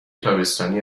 تابستانی